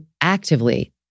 actively